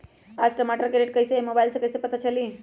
आज टमाटर के रेट कईसे हैं मोबाईल से कईसे पता चली?